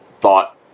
thought